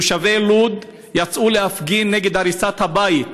תושבי לוד יצאו להפגין נגד הריסת הבית,